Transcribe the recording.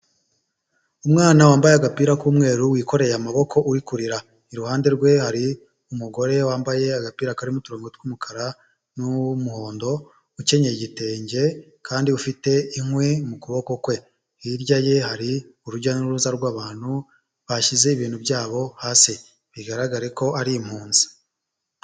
Umwana wambaye agapira k'umweru wikoreye amaboko uri kurira, iruhande rwe hari umugore wambaye agapira karimo uturugo tw'umukara n'uw'umuhondo ukenyeye igitenge kandi ufite inkwi mu kuboko kwe, hirya ye hari urujya n'uruza rw'abantu bashyize ibintu byabo hasi bigaragare ko ari impunzi.